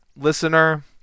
listener